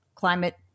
climate